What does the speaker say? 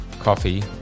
coffee